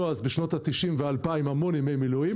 בשנות ה-90 וה-2000 המון ימי מילואים.